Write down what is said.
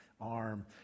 arm